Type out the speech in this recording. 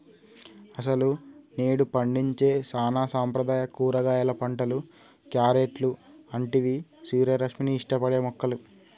అసలు నేడు పండించే సానా సాంప్రదాయ కూరగాయలు పంటలు, క్యారెట్లు అంటివి సూర్యరశ్మిని ఇష్టపడే మొక్కలు